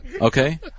Okay